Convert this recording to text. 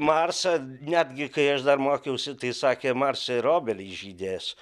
marsą netgi kai aš dar mokiausi tai sakė marse ir obelys žydės